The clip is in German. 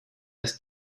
das